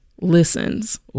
listens